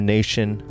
Nation